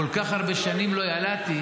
כל כך הרבה שנים לא ילדתי,